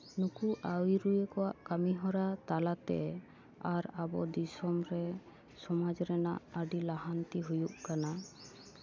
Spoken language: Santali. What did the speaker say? ᱱᱩᱠᱩ ᱟᱹᱭᱩᱨᱤᱭᱟᱹ ᱠᱚᱣᱟᱜ ᱠᱟᱹᱢᱤ ᱦᱚᱨᱟ ᱛᱟᱞᱟᱛᱮ ᱟᱨ ᱟᱵᱚ ᱫᱤᱥᱚᱢ ᱨᱮ ᱥᱚᱢᱟᱡᱽ ᱨᱮᱱᱟᱜ ᱟᱹᱰᱤ ᱞᱟᱦᱟᱱᱛᱤ ᱦᱩᱭᱩᱜ ᱠᱟᱱᱟ